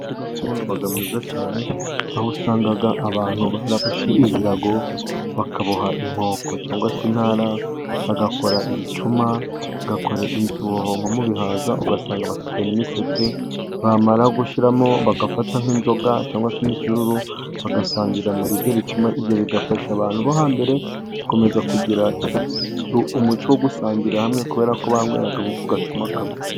Umuco gakondo uba mwiza cyane, aho usanga abantu baraboshye ibirago, bakaboha inkoko, cyangwa se intara ,bagakora ibicuma, bagakora inzuzi mubihaza ,ugasanga bafite n'imiseke, bamara gushyiramo ,bagafata nk'inzoga cyangwa se imisururu, bagasangira muri ibyo bicuma, ibyo bigafasha abantu bo hambere gukomeza kugira umuco wo gusangira hamwe ,kubera ko banyweraga mu ku gacuma kamwe.